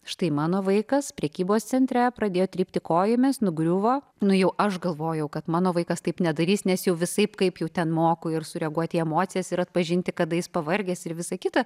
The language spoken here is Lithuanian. štai mano vaikas prekybos centre pradėjo trypti kojomis nugriuvo nu jau aš galvojau kad mano vaikas taip nedarys nes jau visaip kaip jau ten moku ir sureaguoti į emocijas ir atpažinti kada jis pavargęs ir visa kita